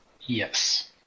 Yes